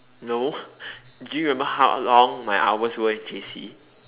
no do you remember how long my hours were in J_C